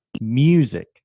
music